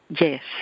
yes